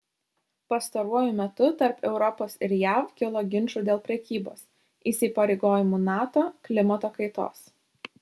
pastaruoju metu tarp europos ir jav kilo ginčų dėl prekybos įsipareigojimų nato klimato kaitos